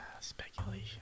Speculation